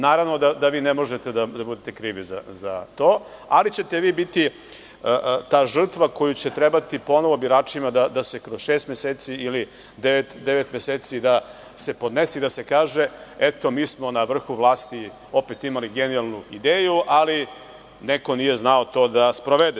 Naravno da vi ne možete da budete krivi za to, ali ćete vi biti ta žrtva koju će trebati ponovo biračima da se kroz šest meseci ili devet meseci da se podnese ili da se kaže – evo, mi smo na vrhu vlasti opet imali genijalnu ideju, ali neko nije znao to da sprovede.